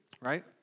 right